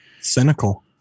Cynical